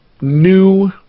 new